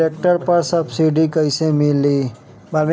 Tractor पर subsidy कैसे मिली?